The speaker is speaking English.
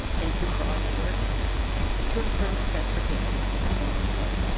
thank you for all your work to improve transportation in minnesota.